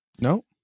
No